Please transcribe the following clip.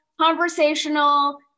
conversational